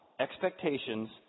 expectations